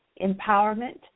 Empowerment